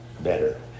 better